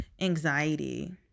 anxiety